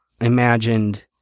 imagined